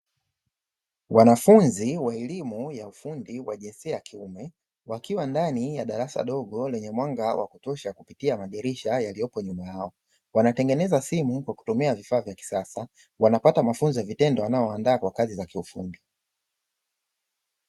Wanafunzi wa elimu ya ufundi wa jinsia ya kiume wakiwa ndani ya darasa dogo lenye mwanga wa kutosha kupitia madirisha yaliyopo nyuma yao, wanatengeneza simu kwa kutumia vifaa vya kisasa wanapata mafunzo ya vitendo wanaoandaa kwa kazi za kiufundi.